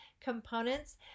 components